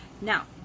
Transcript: Now